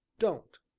don't,